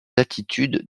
attitudes